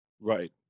Right